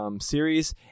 series